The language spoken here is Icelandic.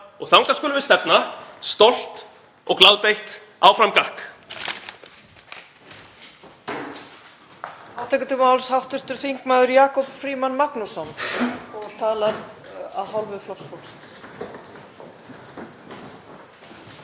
og þangað skulum við stefna, stolt og glaðbeitt, áfram gakk.